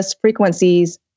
Frequencies